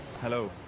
Hello